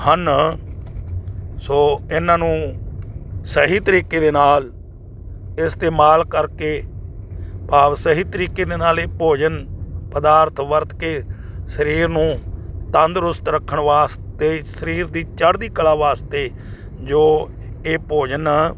ਹਨ ਸੋ ਇਹਨਾਂ ਨੂੰ ਸਹੀ ਤਰੀਕੇ ਦੇ ਨਾਲ ਇਸਤੇਮਾਲ ਕਰਕੇ ਭਾਵ ਸਹੀ ਤਰੀਕੇ ਦੇ ਨਾਲ ਇਹ ਭੋਜਨ ਪਦਾਰਥ ਵਰਤ ਕੇ ਸਰੀਰ ਨੂੰ ਤੰਦਰੁਸਤ ਰੱਖਣ ਵਾਸਤੇ ਸਰੀਰ ਦੀ ਚੜ੍ਹਦੀ ਕਲਾ ਵਾਸਤੇ ਜੋ ਇਹ ਭੋਜਨ